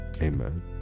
amen